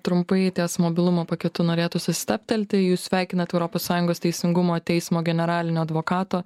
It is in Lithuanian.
trumpai ties mobilumo paketu norėtųsi stabtelti jus sveikinat europos sąjungos teisingumo teismo generalinio advokato